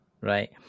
right